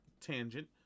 tangent